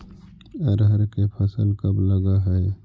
अरहर के फसल कब लग है?